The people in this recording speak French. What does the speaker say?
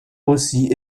aussi